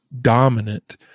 dominant